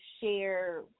share